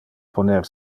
poner